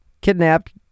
kidnapped